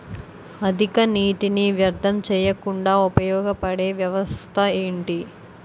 అధిక నీటినీ వ్యర్థం చేయకుండా ఉపయోగ పడే వ్యవస్థ ఏంటి